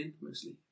mostly